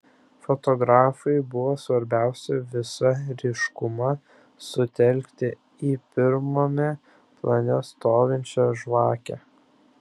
fotografui buvo svarbiausia visą ryškumą sutelkti į pirmame plane stovinčią žvakę